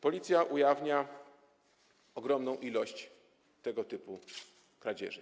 Policja ujawnia ogromną liczbę tego typu kradzieży.